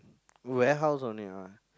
warehouse only what